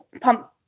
pump